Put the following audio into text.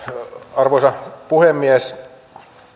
arvoisa puhemies